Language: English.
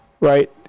right